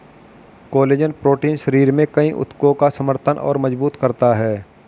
collagen protein शरीर में कई ऊतकों का समर्थन और मजबूत करता है